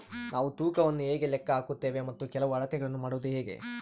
ನಾವು ತೂಕವನ್ನು ಹೇಗೆ ಲೆಕ್ಕ ಹಾಕುತ್ತೇವೆ ಮತ್ತು ಕೆಲವು ಅಳತೆಗಳನ್ನು ಮಾಡುವುದು ಹೇಗೆ?